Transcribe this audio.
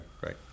Right